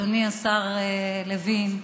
אדוני השר לוין,